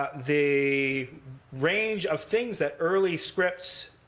ah the range of things that early scripts